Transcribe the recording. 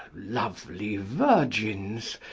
lovely virgins,